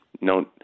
no